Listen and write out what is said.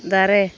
ᱫᱟᱨᱮ